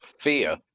fear